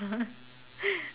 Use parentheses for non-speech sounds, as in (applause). (laughs)